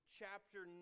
chapter